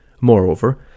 Moreover